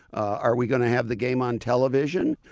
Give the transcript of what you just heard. are we going to have the game on television?